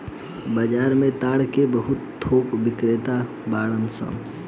बाजार में ताड़ के बहुत थोक बिक्रेता बाड़न सन